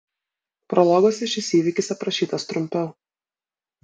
prologuose šis įvykis aprašytas trumpiau